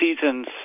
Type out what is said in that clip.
seasons